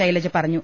ശൈലജ പറഞ്ഞു